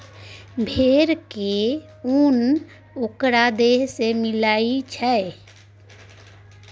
भेड़ के उन ओकरा देह से मिलई छई